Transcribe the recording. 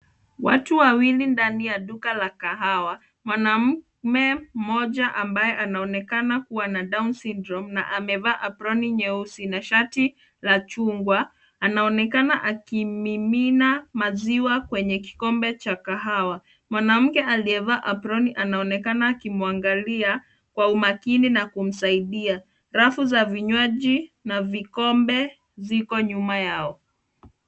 Watu wawili ndani ya duka la kahawa. Mwanaume mmoja ambaye anaonekana kuwa na down syndrome na amevaa aproni nyeusi na shati la chungwa anaonekana akimimina maziwa kwenye kikombe cha kahawa. Mwanamke aliyevaa aproni anaonekana akimwangalia kwa umakini na kumsaidia. Rafu za vinywaji na vikombe ziko nyuma yao.